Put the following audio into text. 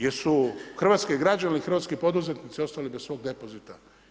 Jesu li hrvatski građani, hrvatski poduzetnici ostali bez svog depozita?